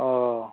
ओऽ